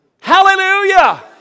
Hallelujah